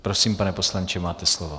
Prosím, pane poslanče, máte slovo.